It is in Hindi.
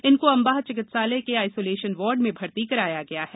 इनको अंबाह चिकित्सालय के आईसोलेशन वार्ड में भर्ती कराया गया है